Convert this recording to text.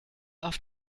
auf